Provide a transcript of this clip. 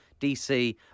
DC